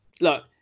look